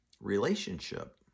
Relationship